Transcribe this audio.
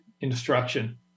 instruction